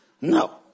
No